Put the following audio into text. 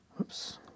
Oops